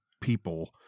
people